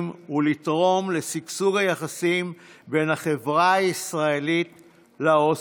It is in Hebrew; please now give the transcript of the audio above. ולתרום לשגשוג היחסים בין החברה הישראלית לאוסטרית.